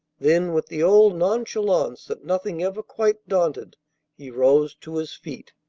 then with the old nonchalance that nothing ever quite daunted he rose to his feet.